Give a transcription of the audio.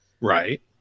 right